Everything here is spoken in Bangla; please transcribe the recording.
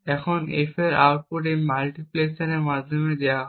এখন F এর আউটপুট এই মাল্টিপ্লেক্সারের মাধ্যমে ফেরত দেওয়া হয়